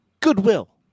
goodwill